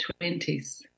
20s